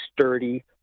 sturdy